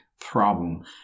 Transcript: problem